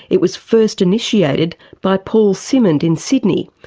it was first initiated by paul symond in sydney,